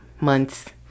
months